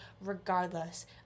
regardless